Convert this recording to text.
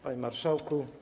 Panie Marszałku!